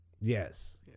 Yes